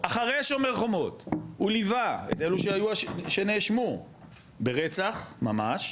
אחרי שומר חומות הוא ליווה את אלו שנאשמו ברצח ממש,